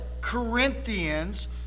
Corinthians